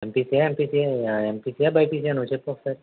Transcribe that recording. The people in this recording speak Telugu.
ఎన్పీసీయా ఎంపీసీయా ఎంపీసీయా బైపీసీయా నువ్వు చెప్పు ఒకసారి